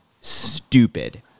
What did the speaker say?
stupid